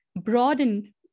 broaden